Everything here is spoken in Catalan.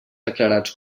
declarats